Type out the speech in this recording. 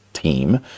team